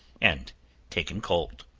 and taken cold.